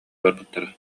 барбыттара